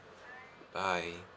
bye